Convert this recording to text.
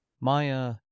Maya